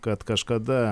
kad kažkada